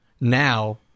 now